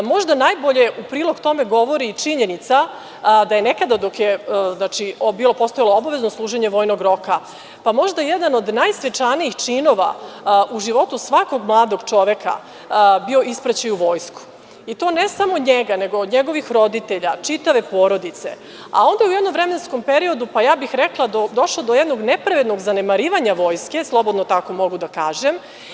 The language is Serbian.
Možda najbolje u prilog tome govori i činjenica da je nekada dok je postojalo obavezno služenje vojnog roka pa možda jedan od najsvečanijih činova u životu svakog mladog čoveka bio ispraćaj u vojsku i to ne samo njega, nego od njegovih roditelja, čitave porodice, a onda je u jednom vremenskom periodu došlo do jednog nepravednog zanemarivanja Vojske, slobodno tako mogu da kažem.